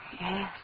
Yes